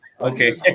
Okay